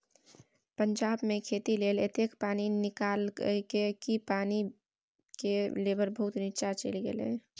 पंजाब मे खेती लेल एतेक पानि निकाललकै कि पानि केर लेभल बहुत नीच्चाँ चलि गेलै